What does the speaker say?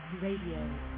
Radio